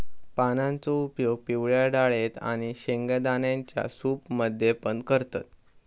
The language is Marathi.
पानांचो उपयोग पिवळ्या डाळेत आणि शेंगदाण्यांच्या सूप मध्ये पण करतत